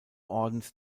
ordens